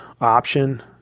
option